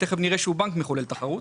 ותכף נראה שהוא בנק מחולל תחרות.